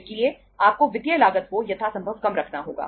इसलिए आपको वित्तीय लागत को यथासंभव कम रखना होगा